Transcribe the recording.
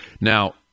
now